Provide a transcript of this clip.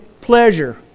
pleasure